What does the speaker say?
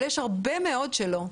אבל יש הרבה מאוד שלו.